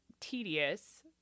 tedious